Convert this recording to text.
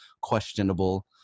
questionable